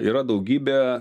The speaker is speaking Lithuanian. yra daugybė